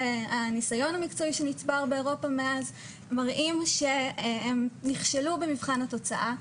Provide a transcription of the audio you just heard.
והניסיון המקצועי שנצבר באירופה מאז מראים שהם נכשלו במבחן התוצאה,